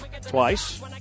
Twice